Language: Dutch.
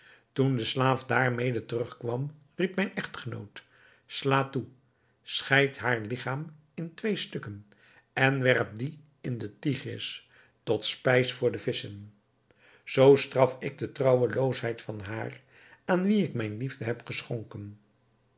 toen de slaaf daarmede terugkwam riep mijn echtgenoot sla toe scheid haar ligchaam in twee stukken en werp die in de tigris tot spijs voor de visschen zoo straf ik de trouweloosheid van haar aan wien ik mijne liefde heb geschonken